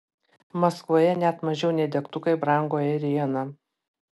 maskvoje net mažiau nei degtukai brango ėriena